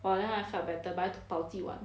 !wah! then I felt better but I took baoziwan